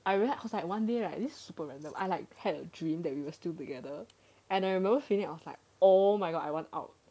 I really cause like one day right this super random I like had a dream that we were still together and I remember feeling I was like oh my god I went out